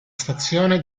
stazione